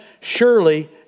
Surely